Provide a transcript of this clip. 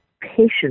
patient